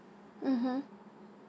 mmhmm